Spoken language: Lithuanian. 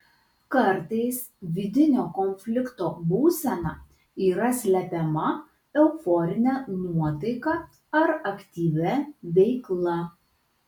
kartais vidinio konflikto būsena yra slepiama euforine nuotaika ar aktyvia veikla